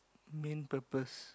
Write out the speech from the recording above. main purpose